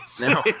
No